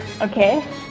Okay